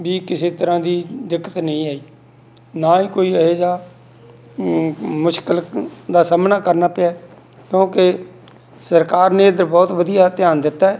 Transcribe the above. ਵੀ ਕਿਸੇ ਤਰ੍ਹਾਂ ਦੀ ਦਿੱਕਤ ਨਹੀਂ ਆਈ ਨਾ ਹੀ ਕੋਈ ਇਹੋ ਜਿਹਾ ਮੁਸ਼ਕਲ ਦਾ ਸਾਹਮਣਾ ਕਰਨਾ ਪਿਆ ਕਿਉਂਕਿ ਸਰਕਾਰ ਨੇ ਇਹ 'ਤੇ ਬਹੁਤ ਵਧੀਆ ਧਿਆਨ ਦਿੱਤਾ